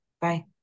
Bye